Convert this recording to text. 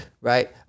Right